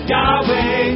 Yahweh